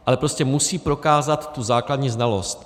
Ale prostě musí prokázat tu základní znalost.